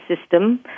system